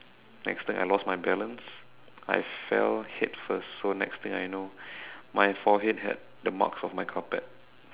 next thing I lost my balance I fell head first so next thing I know my forehead had the marks of my carpet